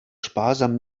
sparsam